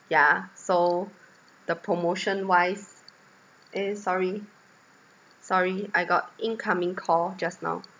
yeah so the promotion wise eh sorry sorry I got incoming call just now